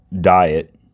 diet